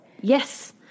Yes